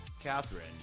Catherine